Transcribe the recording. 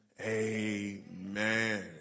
Amen